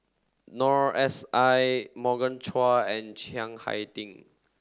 Noor S I Morgan Chua and Chiang Hai Ding